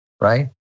right